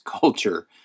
culture